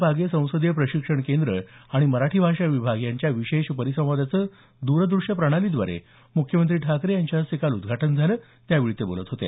पागे संसदीय प्रशिक्षण केंद्र आणि मराठी भाषा विभाग यांच्या विशेष परिसंवादाचं द्रदृष्य प्रणालीद्वारे मुख्यमंत्री ठाकरे यांच्या हस्ते काल उद्घाटन झालं त्यावेळी ते बोलत होते